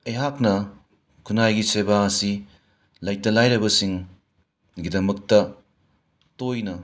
ꯑꯩꯍꯥꯛꯅ ꯈꯨꯟꯅꯥꯏꯒꯤ ꯁꯦꯕꯥꯁꯤ ꯂꯩꯇ ꯂꯥꯏꯔꯕꯁꯤꯡꯒꯤꯗꯃꯛꯇ ꯇꯣꯏꯅ